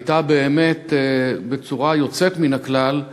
הייתה באמת יוצאת מן הכלל.